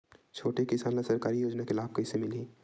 छोटे किसान ला सरकारी योजना के लाभ कइसे मिलही?